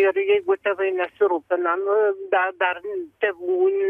ir jeigu tėvai nesirūpina nu da dar tėvų